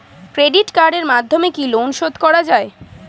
Credit কার্ডের মাধ্যমে কি লোন শোধ করা যায়?